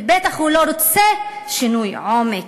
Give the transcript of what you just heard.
ובטח הוא לא רוצה שינוי עומק.